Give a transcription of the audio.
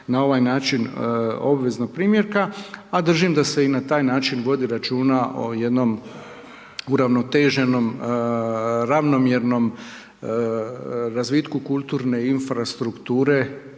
na ovaj način obveznog primjerka a držim da se i na taj način vodi računa o jednom uravnoteženom, ravnomjernom razvitku kulturne infrastrukture